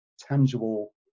tangible